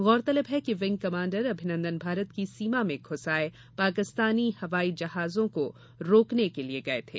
गौरतलब है कि विंग कमाण्डर अभिनन्दन भारत की सीमा में घुस आये पाकिस्तानी हवाई जहाजों को रोकने के लिये गये थे